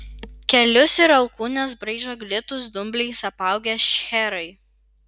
kelius ir alkūnes braižo glitūs dumbliais apaugę šcherai